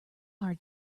our